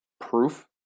proof